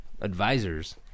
advisors